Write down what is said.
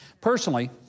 Personally